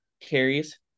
carries